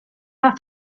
más